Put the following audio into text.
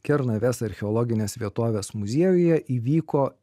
kernavės archeologinės vietovės muziejuje įvyko